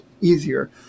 easier